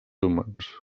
humans